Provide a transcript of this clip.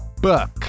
book